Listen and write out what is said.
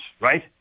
right